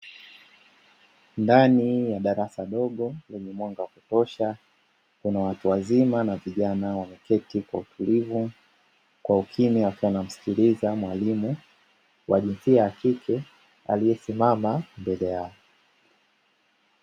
Ndani ya darasa dogo lenye mwanga wa kutosha, kuna watu wazima na vijana, wameketi kwa utulivu kwa ukimya, wakiwa wanamsikiliza mwalimu wa jinsia ya kike aliesimama mbele yao.